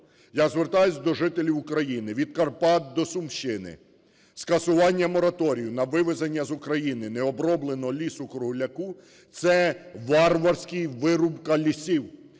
Я звертаюсь до жителів України від Карпат до Сумщини: скасування мораторію на вивезення з України необробленого лісу-кругляка – це варварська вирубка лісів,